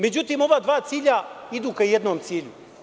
Međutim, ova dva cilja idu ka jednom cilju.